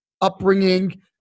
upbringing